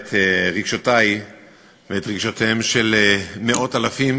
את רגשותי ואת רגשותיהם של מאות אלפים